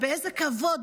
באיזה כבוד.